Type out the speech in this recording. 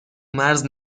مرز